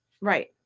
Right